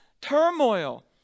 turmoil